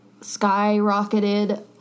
skyrocketed